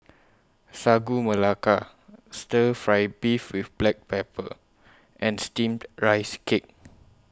Sagu Melaka Stir Fry Beef with Black Pepper and Steamed Rice Cake